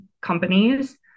companies